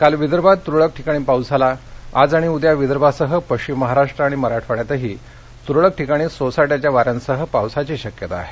काल विदर्भात तुरळक ठिकाणी पाऊस झाला आज आणि उद्या विदर्भासह पश्चिम महाराष्ट्र आणि मराठवाड्यातही तुरळक ठिकाणी सोसाट्याच्या वार्यापसह पावसाची शक्यता आहे